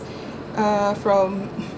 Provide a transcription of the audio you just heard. uh from